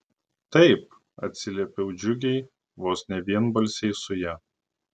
taip atsiliepiau džiugiai vos ne vienbalsiai su ja